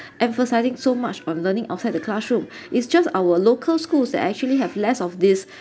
emphasising so much of learning outside the classroom is just our local schools that actually have less of this